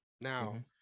now